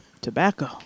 tobacco